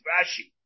Rashi